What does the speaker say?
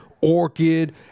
Orchid